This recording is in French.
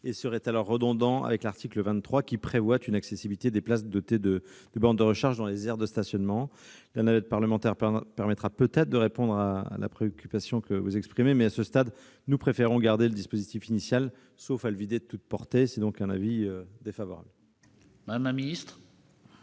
serait redondante avec l'article 23, qui prévoit une accessibilité des places dotées de bornes de recharge dans les aires de stationnement. La navette parlementaire permettra peut-être de répondre à la préoccupation exprimée, mais, à ce stade, nous préférons maintenir le dispositif initial, sauf à le vider de toute portée. En conséquence, l'avis est défavorable. Quel est